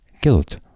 guilt